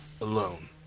alone